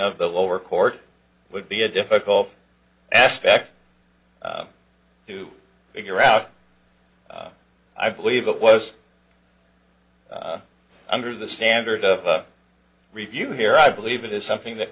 of the lower court would be a difficult aspect to figure out i believe it was under the standard of review here i believe it is something that